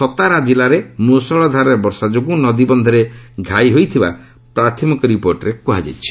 ସତାରା ଜିଲ୍ଲାରେ ମୁଷଳଧାରାରେ ବର୍ଷା ଯୋଗୁଁ ନଦୀବନ୍ଧରେ ଘାଇ ହୋଇଥିବା ପ୍ରାଥମିକ ରିପୋର୍ଟରେ କ୍ରହାଯାଇଛି